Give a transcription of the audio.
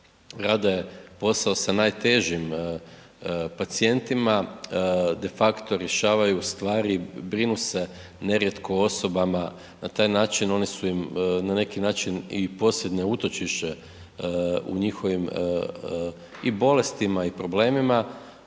rade posao sa najtežim pacijentima, defakto rješavaju stvari, brinu se nerijetko o osobama, na taj način oni su im na neki način i posljednje utočište u njihovim i bolestima i problemima,